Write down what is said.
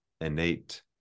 innate